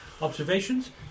observations